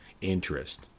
interest